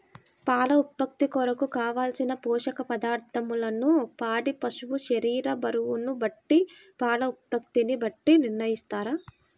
పాల ఉత్పత్తి కొరకు, కావలసిన పోషక పదార్ధములను పాడి పశువు శరీర బరువును బట్టి పాల ఉత్పత్తిని బట్టి నిర్ణయిస్తారా?